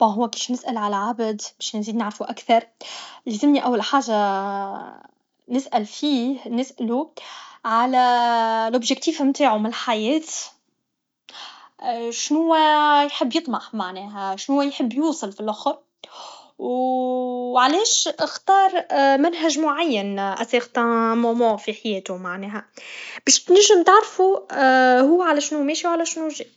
بون هو كيش نسال على العبد باش نزيد نعرفو اكثر يلزمني اول حاجه نسال فيه نسالو على لوبجيكتيف تاعو من الحياة شنوا معناه يحب يطمح معناها شنو يحب يوصل فلخر و علاش اختار منهج معين اساغتان مومون في حياتو معناها بش تنجم تعرفو و هو على شنو ماشي و على شنو جاي